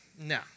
no